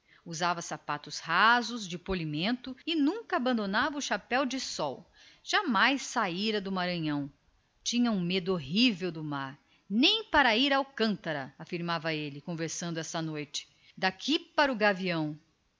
usava sapatos rasos de polimento e nunca se esquecia do chapéu de sol jamais arredara o pé da ilha de são luís do maranhão tal era o medo que tinha do mar nem para ir a alcântara jurava ele conversando essa noite em casa do manuel daqui para o gavião